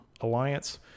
Alliance